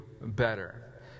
better